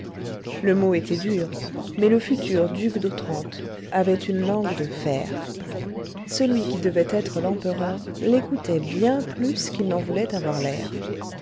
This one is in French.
le mot était dur mais le futur duc d'otranto avait une langue de fer celui qui devait être l'empereur l'écoutait bien plus qu'il n'en voulait avoir l'air